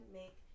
make